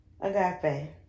Agape